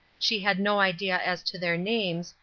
she had no idea as to their names,